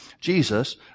Jesus